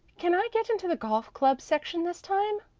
can i get into the golf club section this time?